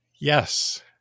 Yes